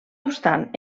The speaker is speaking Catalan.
obstant